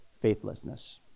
faithlessness